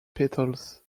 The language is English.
petals